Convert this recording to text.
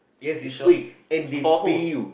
yes is free and they pay you